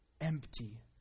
empty